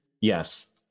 Yes